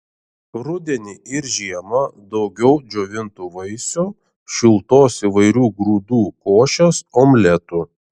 rudenį ir žiemą daugiau džiovintų vaisių šiltos įvairių grūdų košės omletų